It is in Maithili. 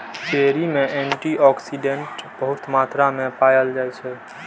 चेरी मे एंटी आक्सिडेंट बहुत मात्रा मे पाएल जाइ छै